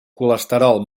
colesterol